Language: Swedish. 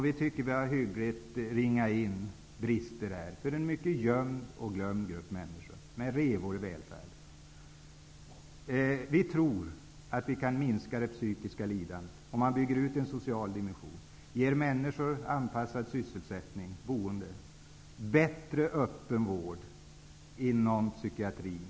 Vi tycker att vi hyggligt har ringat in de brister och revor i välfärden som finns för en mycket gömd och glömd grupp människor. Vi tror att det psykiska lidandet kan minskas om man bygger ut en social dimension och ger människor anpassad sysselsättning, anpassat boende och bättre öppen vård inom psykiatrin.